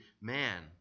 man